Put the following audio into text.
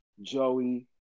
Joey